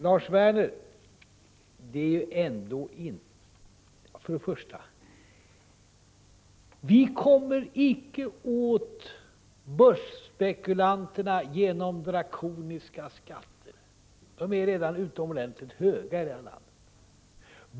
Lars Werner! För det första: Vi kommer icke åt börsspekulanterna genom drakoniska skatter. Skatterna är redan utomordentligt höga i det här landet.